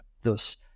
thus